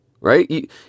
right